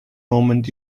moment